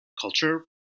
culture